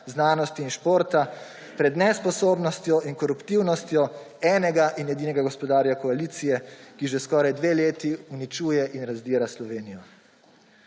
znanosti in športa pred nesposobnostjo in koruptivnostjo enega in edinega gospodarja koalicije, ki že skoraj dve leti uničuje in razdira Slovenijo.